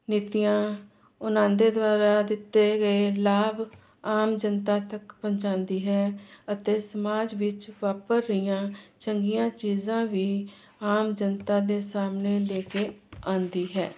ਨੀਤੀਆਂ ਉਹਨਾਂ ਦੇ ਦੁਆਰਾ ਦਿੱਤੇ ਗਏ ਲਾਭ ਆਮ ਜਨਤਾ ਤੱਕ ਪਹੁੰਚਾਦੀ ਹੈ ਅਤੇ ਸਮਾਜ ਵਿੱਚ ਵਾਪਰ ਰਹੀਆਂ ਚੰਗੀਆਂ ਚੀਜ਼ਾਂ ਵੀ ਆਮ ਜਨਤਾ ਦੇ ਸਾਹਮਣੇ ਲੇ ਕੇ ਆਉਂਦੀ ਹੈ